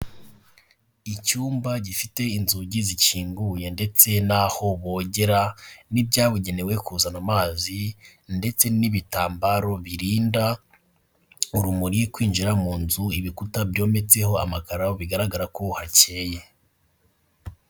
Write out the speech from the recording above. Icyumba gifite inzugi zikinguye ndetse n'aho bogera, n'ibyabugenewe kuzana amazi ndetse n'ibitambaro birinda urumuri kwinjira mu nzu, ibikuta byometseho amakaro bigaragara ko hakeyeye.